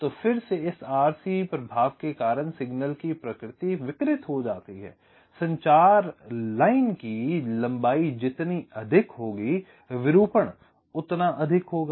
तो फिर से इस RC प्रभाव के कारण सिग्नल की प्रकृति विकृत हो जाती है संचार लाइन की लंबाई जितनी अधिक होगी विरूपण उतना अधिक होगा